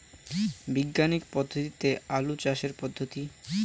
বিজ্ঞানিক পদ্ধতিতে আলু চাষের পদ্ধতি?